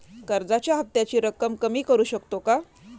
कर्जाच्या हफ्त्याची रक्कम कमी करू शकतो का?